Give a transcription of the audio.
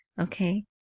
okay